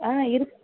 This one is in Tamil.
ஹான் இருக்கு